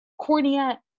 cornea